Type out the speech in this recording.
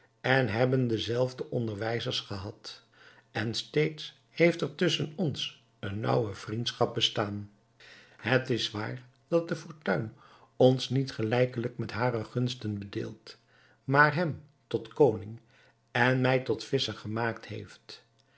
en hebben de zelfde onderwijzers gehad en steeds heeft er tusschen ons eene naauwe vriendschap bestaan het is waar dat de fortuin ons niet gelijkelijk met hare gunsten bedeeld maar hem tot koning en mij tot visscher gemaakt heeft